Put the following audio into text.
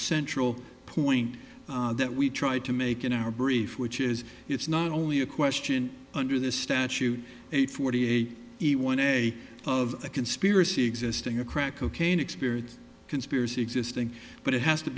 central point that we tried to make in our brief which is it's not only a question under this statute eight forty eight he won a of a conspiracy existing a crack cocaine experience conspiracy existing but it has to